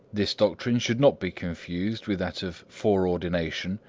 this doctrine should not be confused with that of foreordination,